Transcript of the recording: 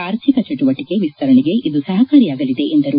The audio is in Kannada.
ಆರ್ಥಿಕ ಚಟುವಟಿಕೆ ವಿಸ್ತರಣೆಗೆ ಇದು ಸಹಕಾರಿಯಾಗಲಿದೆ ಎಂದರು